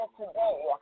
today